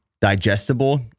digestible